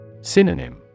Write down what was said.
Synonym